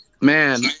Man